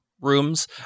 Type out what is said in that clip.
rooms